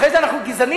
אחרי זה אנחנו גזענים.